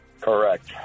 Correct